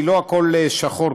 כי לא הכול שחור,